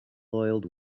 oiled